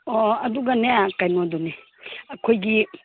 ꯑꯣ ꯑꯗꯨꯒꯅꯦ ꯀꯩꯅꯣꯗꯨꯅꯤ ꯑꯩꯈꯣꯏꯒꯤ